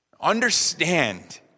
Understand